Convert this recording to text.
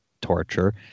torture